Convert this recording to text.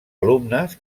alumnes